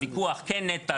הוויכוח כן נת"ע,